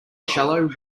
shallow